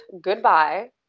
goodbye